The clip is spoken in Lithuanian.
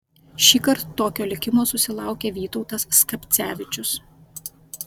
šįkart tokio likimo susilaukė vytautas skapcevičius